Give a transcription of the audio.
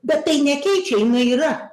bet tai nekeičia jinai yra